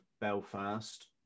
Belfast